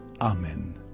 Amen